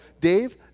Dave